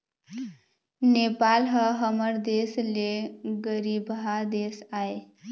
नेपाल ह हमर देश ले गरीबहा देश आय